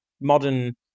modern